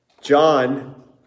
John